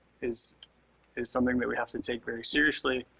is is something that we have to take very seriously.